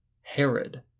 Herod